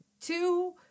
two